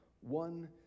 One